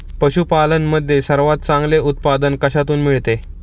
पशूपालन मध्ये सर्वात चांगले उत्पादन कशातून मिळते?